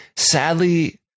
Sadly